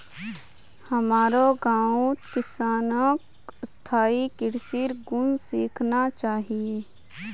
हमारो गांउत किसानक स्थायी कृषिर गुन सीखना चाहिए